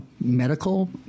medical